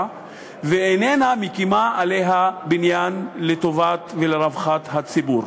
ואינן מקימות עליה בניין לטובת הציבור ולרווחתו.